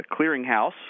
clearinghouse